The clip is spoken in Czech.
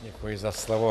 Děkuji za slovo.